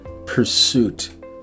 pursuit